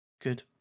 Good